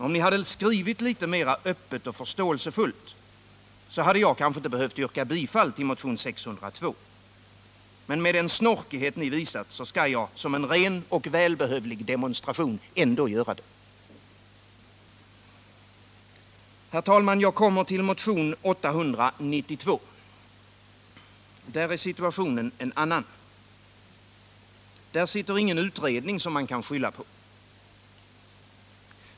Om ni hade skrivit litet mer öppet och förståelsefullt hade jag kanske inte behövt yrka bifall till motion 602. Men med den snorkighet ni visat skall jag som ren och välbehövlig demonstration ändå göra det. Herr talman! Jag kommer till motion 892. Där är situationen en annan. Där sitter ingen utredning som man kan skylla på.